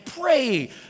pray